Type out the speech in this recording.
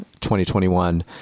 2021